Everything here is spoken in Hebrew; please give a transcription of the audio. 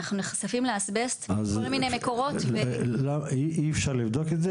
אנחנו נחשפים לאסבסט מכל מיני מקורות --- אז אי אפשר לבדוק את זה?